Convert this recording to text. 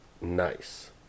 Nice